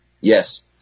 Yes